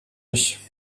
mich